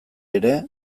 ere